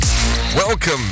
Welcome